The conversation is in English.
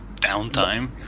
downtime